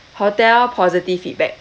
hotel positive feedback